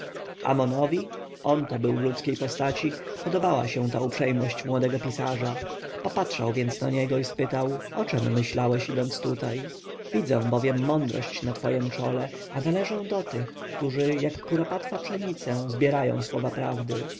ciebie amonowi on to był w ludzkiej postaci podobała się uprzejmość młodego pisarza popatrzył więc na niego i spytał o czem myślałeś idąc tutaj widzę bowiem mądrość na twojem czole a należę do tych którzy jak kuropatwa pszenicę zbierają słowa prawdy